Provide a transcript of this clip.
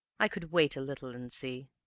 i could wait a little and see.